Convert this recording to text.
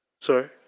Sorry